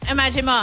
Imagine